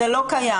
זה לא קיים.